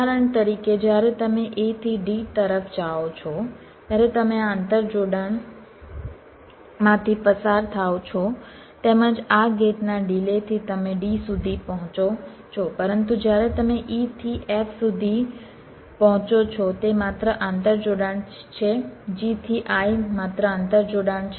ઉદાહરણ તરીકે જ્યારે તમે A થી D તરફ જાઓ છો ત્યારે તમે આ આંતરજોડાણમાંથી પસાર થાઓ છો તેમજ આ ગેટના ડિલેથી તમે D સુધી પહોંચો છો પરંતુ જ્યારે તમે E થી F સુધી પહોંચો છો તે માત્ર આંતરજોડાણ છે G થી I માત્ર આંતરજોડાણ છે